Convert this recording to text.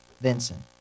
Vincent